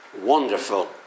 wonderful